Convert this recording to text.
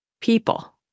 people